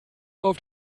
auf